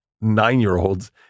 Nine-year-olds